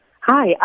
hi